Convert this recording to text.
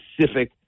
specific